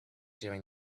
during